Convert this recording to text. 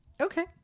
Okay